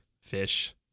fish